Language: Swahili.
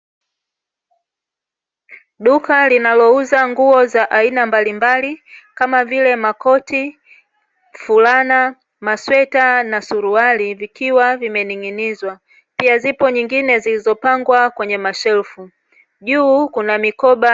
Duka linalouza nguo za aina mbalimbali, kama vile: makoti, fulana, masweta na suruali; vikiwa vimening'inizwa. Pia zipo nyingine zilizopangwa kwenye mashelfu, juu kuna mikoba.